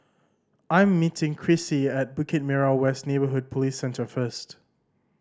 I am meeting Crissie at Bukit Merah West Neighbourhood Police Centre first